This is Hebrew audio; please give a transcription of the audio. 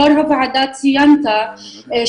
הנתונים שהועברו היום על ידי לשכת מרשם האוכלוסין